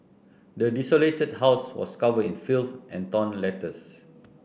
the desolated house was covered in filth and torn letters